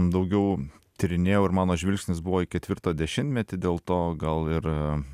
daugiau tyrinėjau ir mano žvilgsnis buvo į ketvirtą dešimtmetį dėl to gal ir